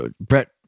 Brett